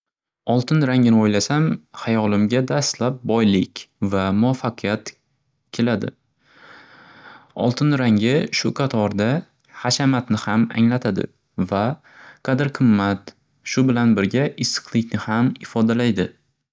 Oltin rangini o'ylasam, hayolimga dastlab boylik va muvaffaqiyat keladi. Oltin rangi shu qatorda hashamatni ham anglatadi va qadr-qimmat, shu bilan birga issiqlikni ham ifodalaydi.